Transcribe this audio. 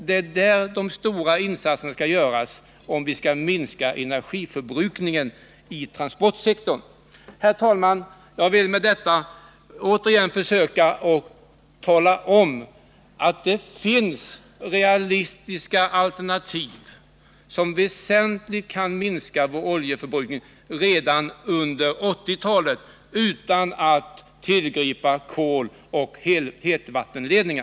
Det är där de stora insatserna skall göras om vi skall minska energiförbrukningen i transportsektorn. Herr talman! Jag vill med detta återigen försöka tala om att det finns realistiska alternativ som väsentligt kan minska vår oljeförbrukning redan under 1980-talet utan att man behöver tillgripa kol och hetvattenledningar.